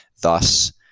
thus